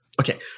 Okay